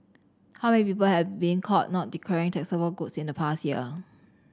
how many people have been caught not declaring taxable goods in the past year